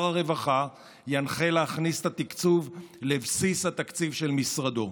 הרווחה ינחה להכניס את התקצוב לבסיס התקציב של משרדו.